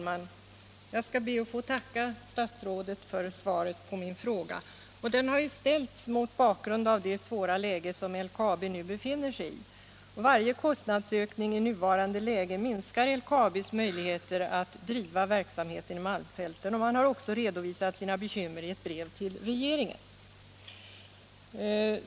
Herr talman! Jag ber att få tacka statsrådet för svaret på min fråga. Den har ställts mot bakgrund av det svåra läge som LKAB nu befinner sig i. Varje kostnadsökning i nuvarande situation minskar LKAB:s möjligheter att driva verksamheten i malmfälten. Man har också redovisat sina bekymmer i ett brev till regeringen.